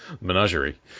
Menagerie